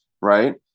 right